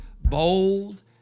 bold